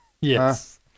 Yes